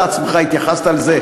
אתה עצמך התייחסת לזה,